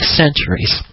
centuries